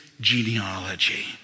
genealogy